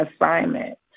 assignment